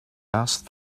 asked